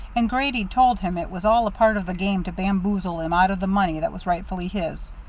and grady'd told him it was all a part of the game to bamboozle him out of the money that was rightfully his.